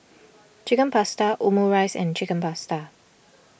Chicken Pasta Omurice and Chicken Pasta